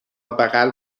بغل